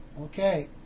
Okay